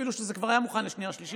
אפילו שזה כבר היה מוכן לשנייה-שלישית.